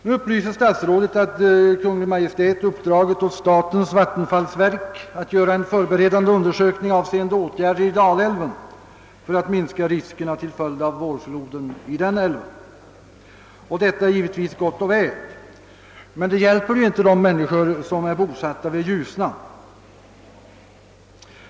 Nu upplyser statsrådet att Kungl. Maj:t uppdragit åt statens vattenfallsverk att göra en förberedande undersökning, avseende åtgärder i Dalälven för att minska riskerna till följd av vårfloden. Detta är gott och väl men det hjälper inte de människor som är bosatta vid Ljusnan.